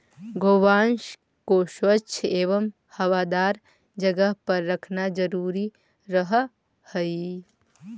गोवंश को स्वच्छ एवं हवादार जगह पर रखना जरूरी रहअ हई